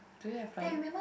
do you have bath